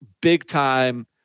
big-time